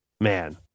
man